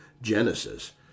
Genesis